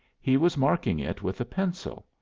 he was marking it with a pencil,